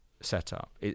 setup